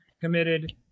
committed